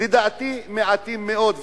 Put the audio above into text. לדעתי מעטים מאוד,